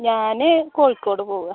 ഞാൻ കോഴിക്കോട് പോവുകയാനണ്